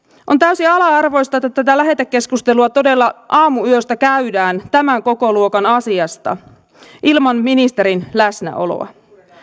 on täysin ala arvoista että tätä lähetekeskustelua todella aamuyöstä käydään tämän kokoluokan asiasta ilman ministerin läsnäoloa